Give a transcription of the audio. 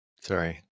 Sorry